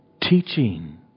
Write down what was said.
Teaching